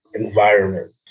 environment